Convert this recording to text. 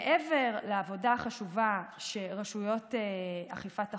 מעבר לעבודה החשובה שרשויות אכיפת החוק,